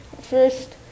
first